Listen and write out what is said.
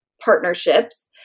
partnerships